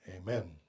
amen